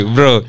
Bro